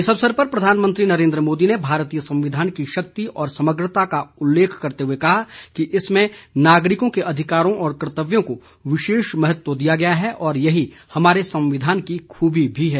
इस अवसर पर प्रधानमंत्री नरेन्द्र मोदी ने भारतीय संविधान की शक्ति और समग्रता का उल्लेख करते हुए कहा कि इसमें नागरिकों के अधिकारों और कर्त्तव्यों को विशेष महत्व दिया गया है और यही हमारे संविधान की खूबी भी है